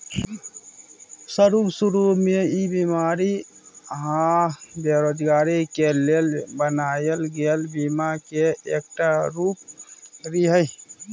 शरू शुरू में ई बेमारी आ बेरोजगारी के लेल बनायल गेल बीमा के एकटा रूप रिहे